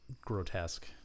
grotesque